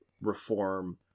reform